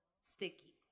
sticky